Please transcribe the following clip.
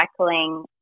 Recycling